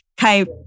type